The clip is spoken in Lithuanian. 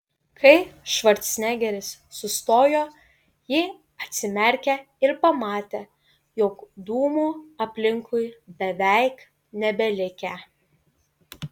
kai švarcnegeris sustojo ji atsimerkė ir pamatė jog dūmų aplinkui beveik nebelikę